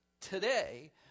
today